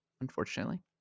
unfortunately